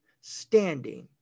standing